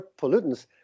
pollutants